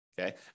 Okay